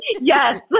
Yes